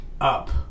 up